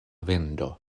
vendo